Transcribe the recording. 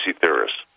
theorists